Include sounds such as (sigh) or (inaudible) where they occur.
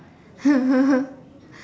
(laughs)